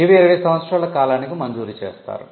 ఇవి 20 సంవత్సరాల కాలానికి మంజూరు చేస్తారు